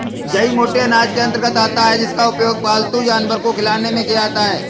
जई मोटे अनाज के अंतर्गत आता है जिसका उपयोग पालतू जानवर को खिलाने में किया जाता है